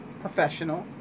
professional